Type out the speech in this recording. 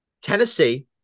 Tennessee